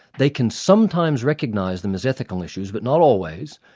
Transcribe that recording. they can sometimes recognise them as ethical issues, but not always.